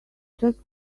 just